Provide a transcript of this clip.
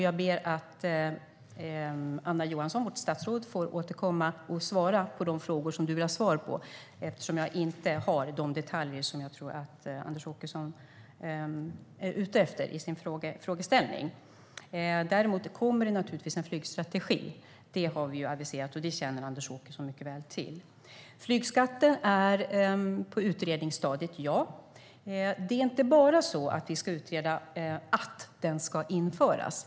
Jag får be Anna Johansson, vårt statsråd, att återkomma och svara på de frågor som Anders Åkesson vill ha svar på, eftersom jag inte har de detaljer som jag tror att Anders Åkesson är ute efter. Däremot kommer det naturligtvis en flygstrategi. Det har vi aviserat, och det känner Anders Åkesson mycket väl till. Flygskatten är på utredningsstadiet - ja. Det är inte bara så att vi ska utreda att den ska införas.